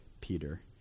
Peter